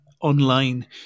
online